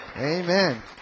Amen